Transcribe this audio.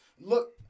look